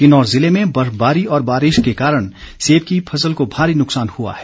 किन्नौर ज़िले में बर्फबारी और बारिश के कारण सेब की फसल को भारी नुकसान हुआ है